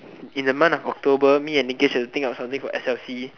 in the month of October me and have to think of something for s_l_c